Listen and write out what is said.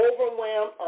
overwhelmed